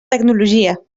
tecnologia